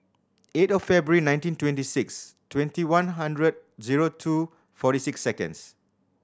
eight of February nineteen twenty six twenty one hundred zero two forty six seconds